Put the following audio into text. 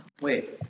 wait